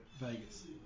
Vegas